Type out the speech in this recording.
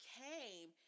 came